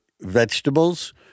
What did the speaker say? vegetables